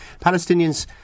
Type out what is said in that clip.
Palestinians